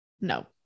No